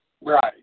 Right